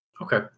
okay